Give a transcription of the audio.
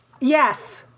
Yes